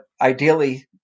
ideally